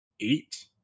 eight